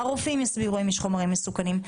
הרופאים יסבירו האם יש חומרים מסוכנים,